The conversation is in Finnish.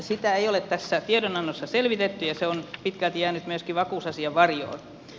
sitä ei ole tässä tiedonannossa selvitetty ja se on pitkälti jäänyt myöskin vakuusasian varjoon